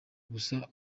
gusa